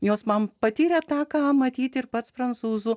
jos man patyrę tą ką matyti ir pats prancūzų